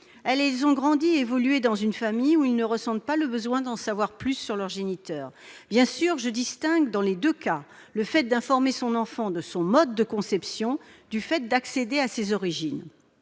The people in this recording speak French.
ont grandi et évolué dans une famille où ils ne ressentent pas le besoin d'en savoir plus sur leur géniteur. Bien sûr, je distingue, dans les deux cas, le fait d'informer son enfant de son mode de conception du fait d'accéder à ses origines.